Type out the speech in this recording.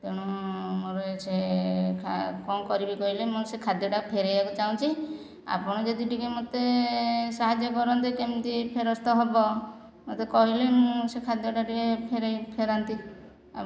ତେଣୁ ମୋର ସେ ଖା କ'ଣ କରିବି କହିଲେ ମୁଁ ସେ ଖାଦ୍ୟଟା ଫେରାଇବାକୁ ଚାହୁଁଛି ଆପଣ ଯଦି ଟିକେ ମୋତେ ସାହାଯ୍ୟ କରନ୍ତେ କେମିତି ଫେରସ୍ତ ହେବ ମୋତେ କହିଲେ ମୁଁ ସେ ଖାଦ୍ୟଟା ଟିକେ ଫେରାଇ ଫେରାନ୍ତି ଆଉ